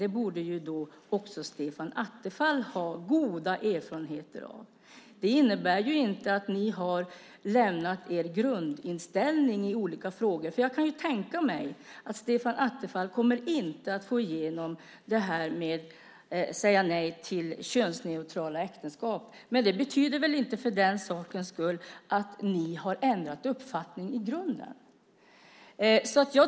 Det borde också Stefan Attefall ha goda erfarenheter av. Det innebär ju inte att ni har lämnat er grundinställning i olika frågor, för jag kan tänka mig att Stefan Attefall inte kommer att få igenom ett nej till könsneutrala äktenskap. Men det betyder väl inte för den sakens skull att ni har ändrat uppfattning i grunden?